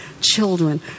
children